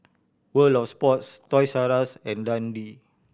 World Of Sports Toys R Us and Dundee